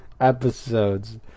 Episodes